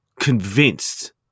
convinced